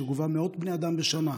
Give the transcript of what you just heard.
שגובה מאות בני אדם משנה,